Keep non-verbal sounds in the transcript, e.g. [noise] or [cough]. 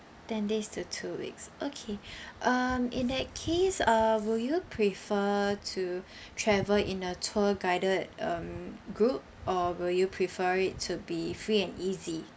ten days to two weeks okay [breath] um in that case uh will you prefer to [breath] travel in a tour guided um group or will you prefer it to be free and easy